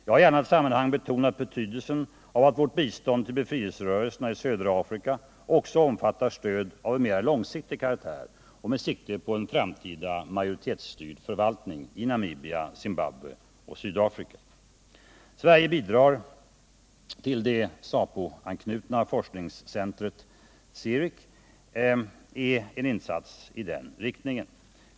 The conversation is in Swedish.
Jag har i annat sammanhang betonat betydelsen av att vårt bistånd till befrielserörelserna i södra Afrika också omfattar stöd av en mer långsiktig karaktär med sikte på en framtida majoritetsstyrd förvaltning i Namibia, Zimbabwe och Sydafrika. Sveriges bidrag till det ZAPU-anknutna forskningscentret ZIRIC är en insats i denna riktning.